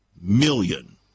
million